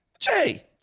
Jay